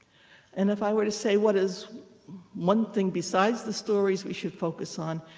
and if i were to say what is one thing besides the stories we should focus on,